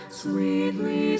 sweetly